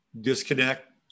disconnect